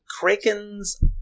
Krakens